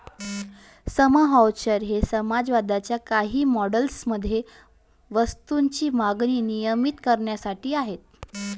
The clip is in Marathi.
श्रम व्हाउचर हे समाजवादाच्या काही मॉडेल्स मध्ये वस्तूंची मागणी नियंत्रित करण्यासाठी आहेत